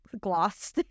gloss